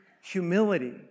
humility